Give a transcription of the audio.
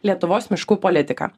lietuvos miškų politika